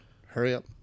Hurry-up